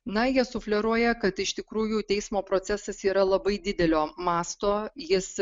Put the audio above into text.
na jie sufleruoja kad iš tikrųjų teismo procesas yra labai didelio masto jis